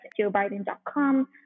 JoeBiden.com